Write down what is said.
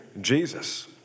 Jesus